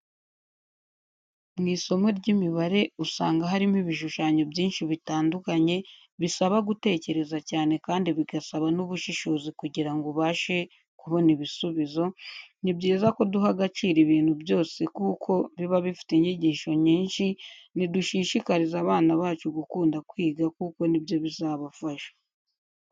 Mu isomo ry'imibare usanga harimo ibishushanyo byinshi bitandukanye, bisaba gutekereza cyane kandi bigasaba n'ubushishozi kugira ngo ubashe kubona ibisubizo, ni byiza ko duha agaciro ibintu byose kuko biba bifite inyigisho nyinshi, ni dushishikarize abana bacu gukunda kwiga kuko nibyo bizabafasha.